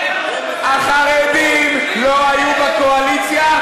החרדים לא היו בקואליציה?